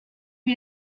lui